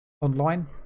online